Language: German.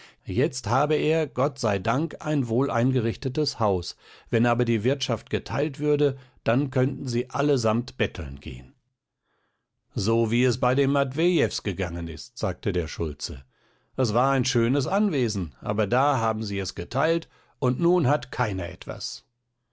jetzt habe er gott sei dank ein wohleingerichtetes haus wenn aber die wirtschaft geteilt würde dann könnten sie allesamt betteln gehn so wie es bei den matwejews gegangen ist sagte der schulze es war ein schönes anwesen aber da haben sie es geteilt und nun hat keiner etwas